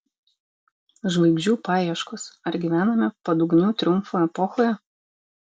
žvaigždžių paieškos ar gyvename padugnių triumfo epochoje